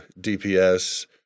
DPS